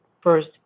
first